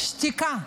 שתיקה.